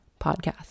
podcast